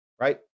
Right